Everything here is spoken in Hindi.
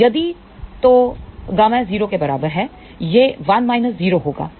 तो यदि तो ƬS 0 के बराबर है यह 1 0 होगा